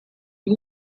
two